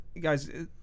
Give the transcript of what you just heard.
Guys